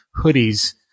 hoodies